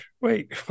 wait